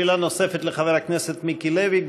שאלה נוספת לחבר הכנסת מיקי לוי.